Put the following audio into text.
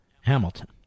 Hamilton